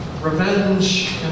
revenge